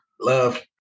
Love